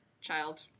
child